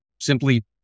simply